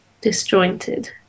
disjointed